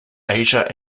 asia